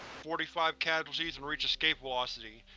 forty-five casualties, and reached escape velocity.